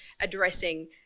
addressing